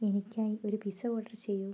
എനിക്കായി ഒരു pizza order ചെയ്യൂ